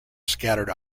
scattered